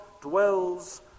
dwells